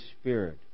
Spirit